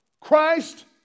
Christ